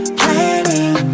planning